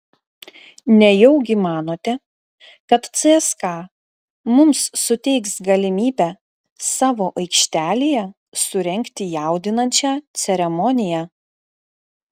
nejaugi manote kad cska mums suteiks galimybę savo aikštelėje surengti jaudinančią ceremoniją